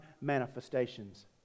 manifestations